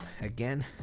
again